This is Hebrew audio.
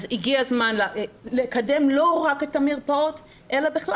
אז הגיע הזמן לקדם לא רק את המרפאות אלא בכלל